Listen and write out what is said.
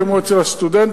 כמו אצל הסטודנטים,